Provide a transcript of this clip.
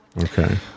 Okay